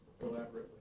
elaborately